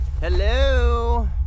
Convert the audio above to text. Hello